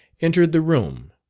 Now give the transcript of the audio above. entered the room.